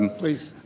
and please.